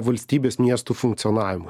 valstybės miestų funkcionavimui